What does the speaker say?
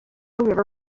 river